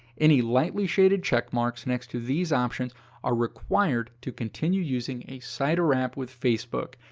any lightly-shaded checkmarks next to these options are required to continue using a site or app with facebook,